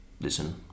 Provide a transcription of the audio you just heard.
listen